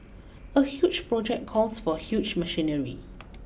a huge project calls for huge machinery